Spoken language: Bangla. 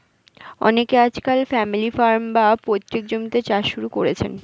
অনেকে আজকাল ফ্যামিলি ফার্ম, বা পৈতৃক জমিতে চাষ শুরু করেছেন